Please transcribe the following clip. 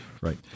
Right